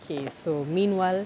okay so meanwhile